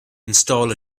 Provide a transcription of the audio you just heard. install